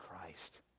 Christ